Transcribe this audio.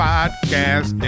Podcast